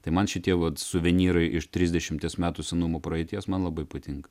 tai man šitie vat suvenyrai iš trisdešimties metų senumo praeities man labai patinka